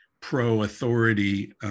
pro-authority